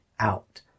out